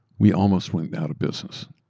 we almost went out of business.